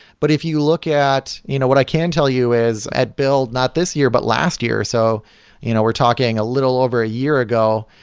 but if you look at you know what i can tell you is at build, not this this year, but last year. so you know we're talking a little over a year ago.